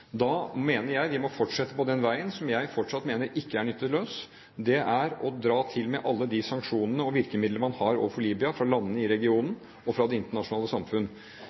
Da mener jeg vi må fortsette på den veien som jeg fortsatt mener ikke er nytteløs. Det er å dra til med alle de sanksjonene og virkemidlene man har overfor Libya, fra landene i regionen og fra det internasjonale samfunn.